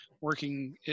working